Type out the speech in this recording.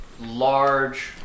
large